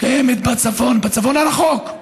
קיימת בצפון, בצפון הרחוק,